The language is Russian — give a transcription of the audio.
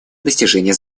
достижение